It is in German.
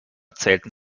zählten